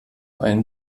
ein